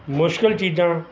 ਮੁਸ਼ਕਲ ਚੀਜ਼ਾਂ